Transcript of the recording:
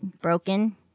broken